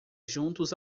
juntos